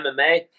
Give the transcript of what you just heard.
MMA—